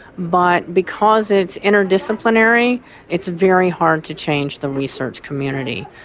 but because it's interdisciplinary it's very hard to change the research community.